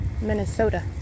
Minnesota